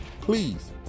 Please